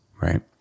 Right